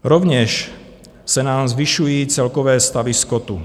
Rovněž se nám zvyšují celkové stavy skotu.